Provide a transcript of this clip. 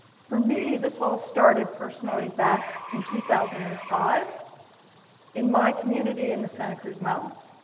for me this all started personally back in two thousand and five in my community in the santa cruz mountains.